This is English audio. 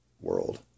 world